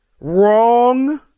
Wrong